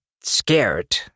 scared